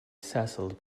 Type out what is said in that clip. settled